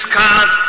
cars